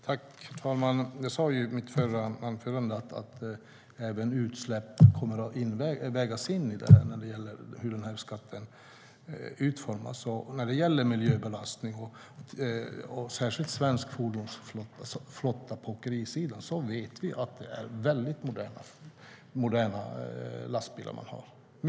Herr talman! Jag sa i mitt förra anförande att även utsläpp kommer att vägas in när det gäller hur skatten utformas. När det gäller miljöbelastning och särskilt svensk fordonsflotta på åkerisidan vet vi att det är väldigt moderna lastbilar man har.